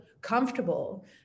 comfortable